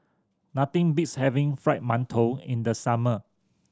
nothing beats having Fried Mantou in the summer